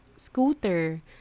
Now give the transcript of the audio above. scooter